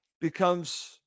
becomes